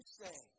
say